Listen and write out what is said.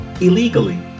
illegally